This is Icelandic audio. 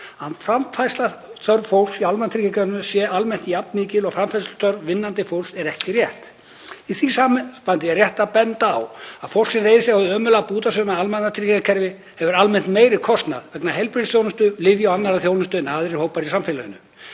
Að framfærsluþörf fólks í almannatryggingakerfinu sé almennt jafn mikil og framfærsluþörf vinnandi fólks er ekki rétt. Í því sambandi er rétt að benda á að fólk sem reiðir sig á hið ömurlega bútasaumaða almannatryggingakerfi ber almennt meiri kostnað vegna heilbrigðisþjónustu, lyfja og annarrar þjónustu en aðrir hópar í samfélaginu.